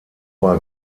bei